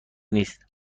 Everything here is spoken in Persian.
نیست